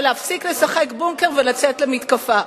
זה להפסיק לשחק בונקר ולצאת למתקפה.